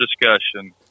discussion